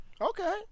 Okay